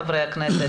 חברי הכנסת,